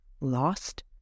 lost